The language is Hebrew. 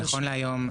נכון להיום,